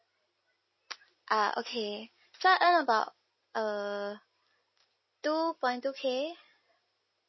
ah okay so I earn about uh two point two K